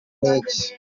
n’iki